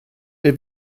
der